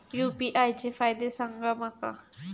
UPI चे फायदे सांगा माका?